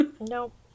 nope